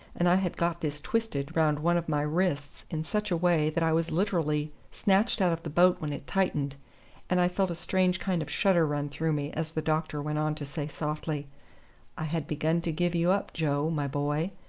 and i had got this twisted round one of my wrists in such a way that i was literally snatched out of the boat when it tightened and i felt a strange kind of shudder run through me as the doctor went on to say softly i had begun to give you up, joe, my boy.